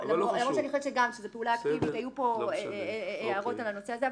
למרות שגם אני חושבת שזאת פעולה אקטיבית היום פה הערות על הנושא הזה.